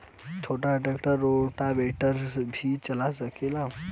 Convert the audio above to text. छोटा tractor rotavator भी चला सकेला?